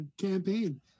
campaign